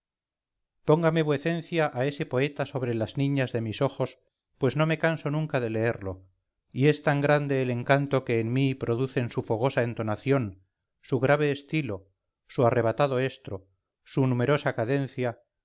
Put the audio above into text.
póngame vuecencia a ese poeta sobre las niñas de mis ojos pues no me canso nunca de leerlo y es tan grande el encanto que en mí producen su fogosa entonación su grave estilo su arrebatado estro su numerosa cadencia